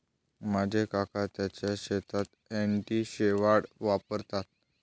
माझे काका त्यांच्या शेतात अँटी शेवाळ वापरतात